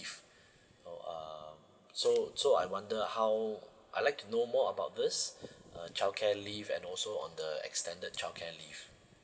so um so so I wonder how I'd like to know more about this uh childcare leave and also on the extended childcare leave